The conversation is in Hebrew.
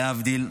להבדיל,